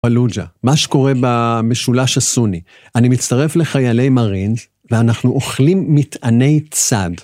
פלוג'ה, מה שקורה במשולש הסוני. אני מצטרף לחיילי Marines ואנחנו אוכלים מטעני צד.